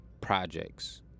projects